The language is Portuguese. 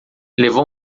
levou